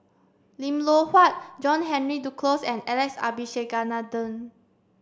Lim Loh Huat John Henry Duclos and Alex Abisheganaden